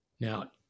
now